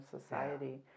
society